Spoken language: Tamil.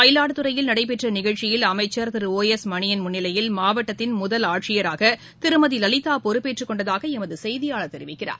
மயிலாடுதுறையில் நடைபெற்ற நிகழ்ச்சியில் அமைச்சர் திரு ஒ எஸ் மணியன் முன்னிலையில் மாவட்டத்தின் முதல் ஆட்சியராக திருமதி லலிதா பொறுப்பேற்றுக்கொண்டதாக எமது செய்தியாளர் தெரிவிக்கிறார்